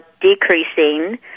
decreasing